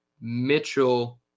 Mitchell